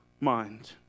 mind